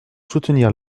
soutenir